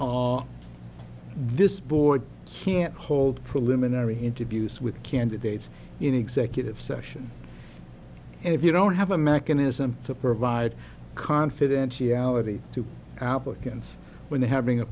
g this board can't hold preliminary interviews with candidates in executive session and if you don't have a mechanism to provide confidentiality to applicants when they having a